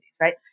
right